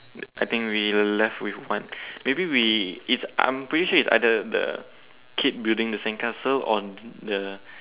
I think we left with one maybe we it's I'm pretty sure it's either the kid building the sandcastle or the